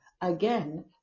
again